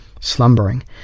slumbering